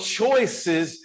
choices